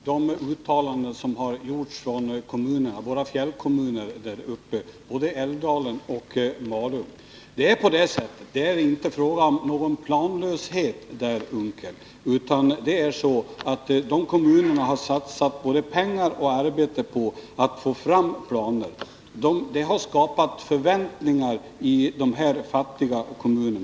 Herr talman! Det finns mycket att notera i de uttalanden som har gjorts om våra fjällkommuner i Dalarna, både Älvdalen och Malung. Det är inte fråga om någon planlöshet där uppe, utan dessa kommuner har satsat både pengar och arbete på att få fram planer. Det har skapat förväntningar i dessa fattiga kommuner.